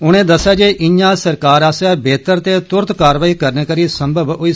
उनें दस्सेआ जे इयां सरकार आस्सेआ बेहतर ते तुरत कारवाई करने करी संभव होआ ऐ